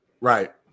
Right